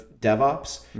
DevOps